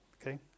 Okay